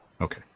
Okay